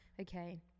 Okay